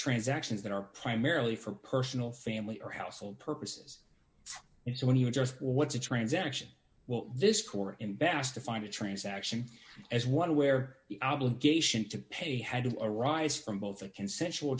transactions that are primarily for personal family or household purposes so when you're just what's a transaction will this court in best to find a transaction as one where the obligation to pay had to arise from both a consensual